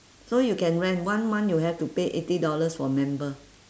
so you can rent one month you have to pay eighty dollars for member